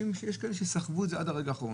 הם יודעים שיש להם אלטרנטיבה,